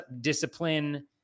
discipline